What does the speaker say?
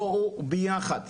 בואו ביחד,